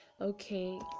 okay